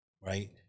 right